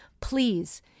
Please